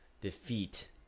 defeat